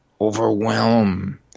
overwhelm